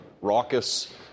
raucous